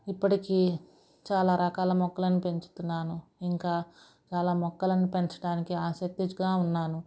ఇప్పటికి చాలా రకాల మొక్కలని పెంచుతున్నాను ఇంకా చాలా మొక్కలని పెంచటానికి ఆసక్తిగా ఉన్నాను